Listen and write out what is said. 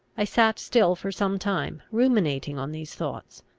i sat still for some time, ruminating on these thoughts.